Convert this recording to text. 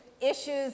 issues